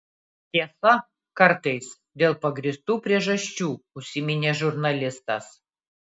tiesa kartais dėl pagrįstų priežasčių užsiminė žurnalistas